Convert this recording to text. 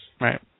Right